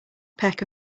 peck